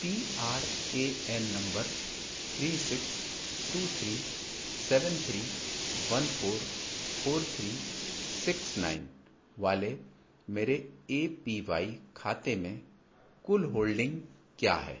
P R A N number three six two three seven three one four four three six nine वाले मेरे A P Y खाते में कुल holding क्या है